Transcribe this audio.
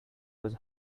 was